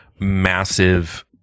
massive